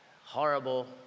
horrible